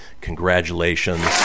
Congratulations